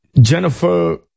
Jennifer